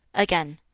again,